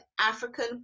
African